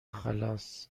خلاص